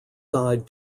side